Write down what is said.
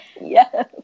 Yes